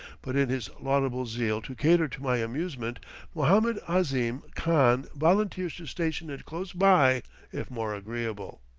but in his laudable zeal to cater to my amusement mohammed ahzim khan volunteers to station it close by if more agreeable.